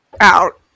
Out